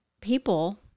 people